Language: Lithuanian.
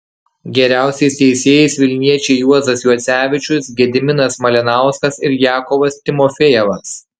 geriausiais teisėjais vilniečiai juozas juocevičius gediminas malinauskas ir jakovas timofejevas